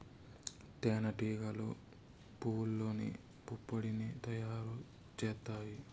తేనె టీగలు పువ్వల్లోని పుప్పొడిని తయారు చేత్తాయి